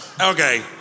Okay